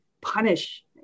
punish